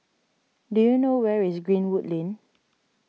do you know where is Greenwood Lane